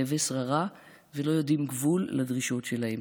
רעבי שררה ולא יודעים גבול לדרישות שלהם.